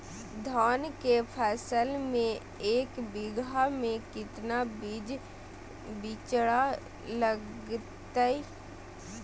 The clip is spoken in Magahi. धान के फसल में एक बीघा में कितना बीज के बिचड़ा लगतय?